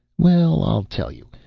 well, i'll tell you.